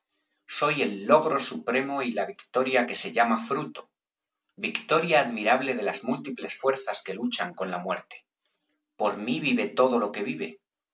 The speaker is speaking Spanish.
soy el logro supremo y la victoria que se llama fruto victoria admirable de las múltiples fuerzas que luchan con la muerte por mí vive todo lo que vive